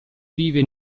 vive